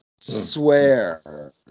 swear